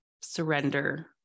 surrender